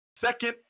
second